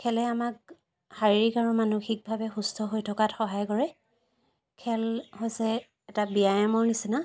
খেলে আমাক শাৰীৰিক আৰু মানসিকভাৱে সুস্থ হৈ থকাত সহায় কৰে খেল হৈছে এটা ব্যায়ামৰ নিচিনা